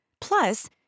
Plus